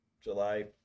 July